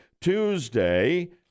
Tuesday